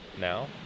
now